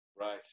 Right